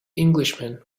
englishman